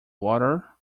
water